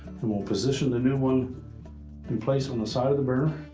then we'll position the new one in place on the side of the burner.